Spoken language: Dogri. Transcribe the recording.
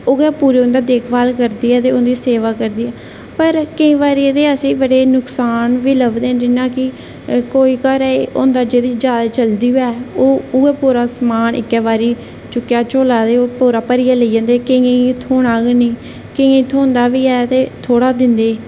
ते उ'ऐ उं'दी देखभाल करदी ऐ ते उं'दी सेवा करदी ऐ पर केईं बारी एह्दे असेंगी नुकसान बी लभदे न कोई घरै च होंदा जेह्दी जादा चलदी होऐ ओह् उ'ऐ समान इक्कै बारी चुक्केआ झोला ते भरियै ओह् लेई जंदे थ्होना गै नेईं ते केइयें गी थ्होंदा पर थोह्ड़ा दिंदे